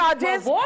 charges